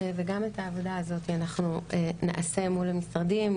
וגם את העבודה הזאת אנחנו נעשה מול המשרדים,